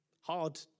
hard